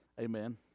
Amen